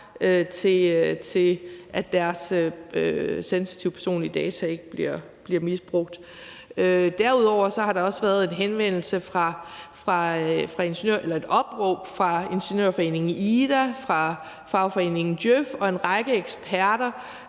til, at deres sensitive, personlige data ikke bliver misbrugt. Derudover har der også været et opråb fra ingeniørforeningen IDA, fra fagforeningen Djøf og fra en række eksperter,